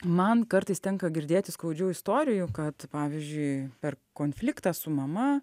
man kartais tenka girdėti skaudžių istorijų kad pavyzdžiui per konfliktą su mama